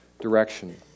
direction